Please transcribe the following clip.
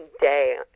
day